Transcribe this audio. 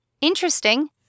interesting